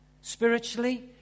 spiritually